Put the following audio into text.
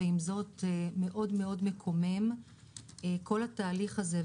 ועם זאת, מאוד מאוד מקומם כל התהליך הזה.